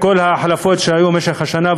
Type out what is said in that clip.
את כל ההחלפות שהיו במשך השנה,